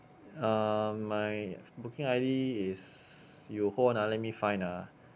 um my booking I_D is you hold on ah let me find ah